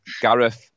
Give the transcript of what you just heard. Gareth